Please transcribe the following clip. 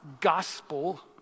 gospel